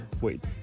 Wait